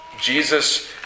Jesus